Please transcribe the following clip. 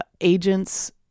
agents